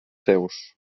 seus